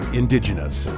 indigenous